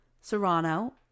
Serrano